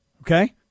Okay